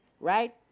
Right